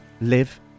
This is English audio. live